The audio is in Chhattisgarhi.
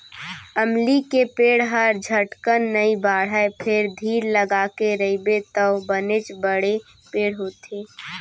अमली के पेड़ हर झटकन नइ बाढ़य फेर धीर लगाके रइबे तौ बनेच बड़े पेड़ होथे